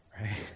Right